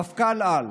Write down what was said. מפכ"ל-על.